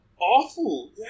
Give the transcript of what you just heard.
Awful